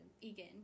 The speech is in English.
Egan